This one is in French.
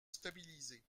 stabiliser